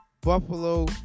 buffalo